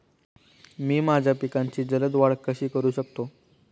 मी माझ्या पिकांची जलद वाढ कशी करू शकतो?